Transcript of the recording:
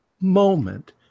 moment